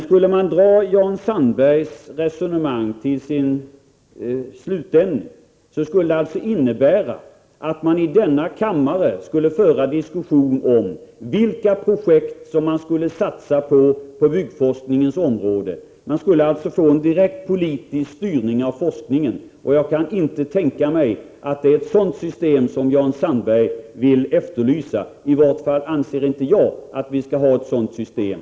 Skulle man dra ut konsekvenserna av Jan Sandbergs resonemang, skulle det innebära att vi i denna kammare skulle diskutera vilka projekt som det borde satsas på inom byggforskningsområdet. Det skulle alltså bli en direkt politisk styrning av forskningen. Jag kan inte tänka mig att Jan Sandberg vill efterlysa ett sådant system. I varje fall anser inte jag att vi skall ha ett sådant system.